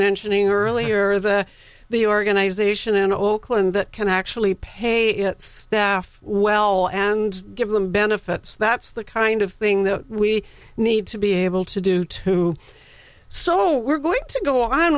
mentioning earlier the the organization in oakland that can actually pay its staff well and give them benefits that's the kind of thing that we need to be able to do to so we're going to go